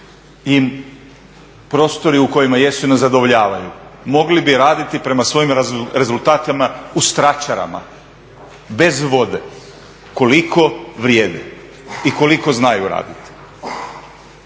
im prostori u kojima jesu nezadovoljavaju. Mogli bi raditi prema svojim rezultatima u straćarama bez vode koliko vrijede i koliko znaju raditi.